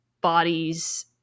bodies